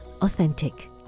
Authentic